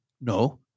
No